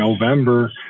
November